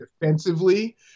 Defensively